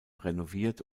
renoviert